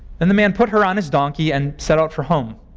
then the man put her on his donkey and set out for home.